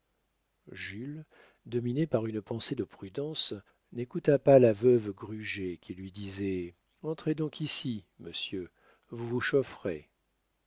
jules dominé par une pensée de prudence n'écouta pas la veuve gruget qui lui disait entrez donc ici monsieur vous vous chaufferez